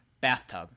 bathtub